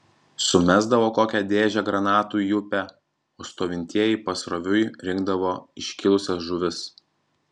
sumesdavo kokią dėžę granatų į upę o stovintieji pasroviui rinkdavo iškilusias žuvis